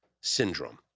syndrome